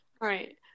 right